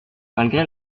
malgré